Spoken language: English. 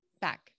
Back